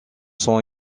sont